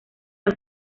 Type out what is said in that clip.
dos